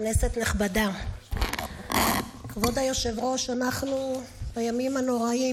כנסת נכבדה, כבוד היושב-ראש, אנחנו בימים הנוראים.